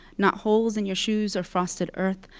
not holes in your shoes or frosted earth,